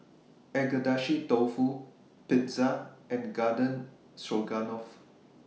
Agedashi Dofu Pizza and Garden Stroganoff